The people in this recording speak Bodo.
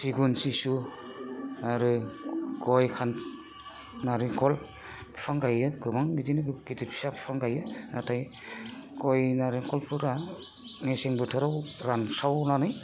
सिगुन सिसु आरो गय नारेंखल बिफां गायो गोबां बिदिनो गिदिर फिसा बिफां गायो नाथाय गय नारेंखलफोरा मेसें बोथोराव रानस्रावनानै